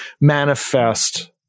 manifest